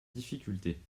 difficultés